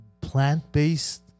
plant-based